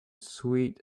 sweet